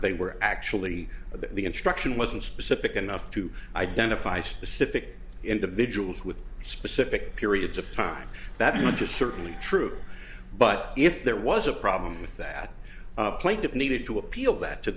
they were actually at the instruction wasn't specific enough to identify specific individuals with specific periods of time that interest certainly true but if there was a problem with that plaintiff needed to appeal that to